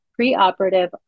Preoperative